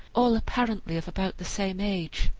all apparently of about the same age.